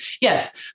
Yes